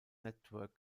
network